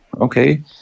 okay